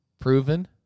proven